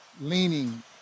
leaning